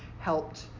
helped